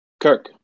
Kirk